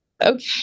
Okay